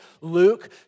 Luke